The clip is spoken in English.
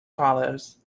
follows